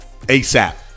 ASAP